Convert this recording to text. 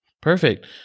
Perfect